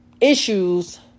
issues